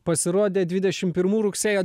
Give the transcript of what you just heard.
pasirodė dvidešim pirmų rugsėjo